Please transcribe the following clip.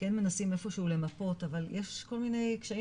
כן מנסים איפשהו למפות אבל יש כל מיני קשיים